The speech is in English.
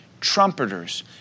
trumpeters